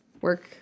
work